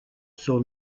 sur